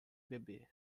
beber